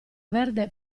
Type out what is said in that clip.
verde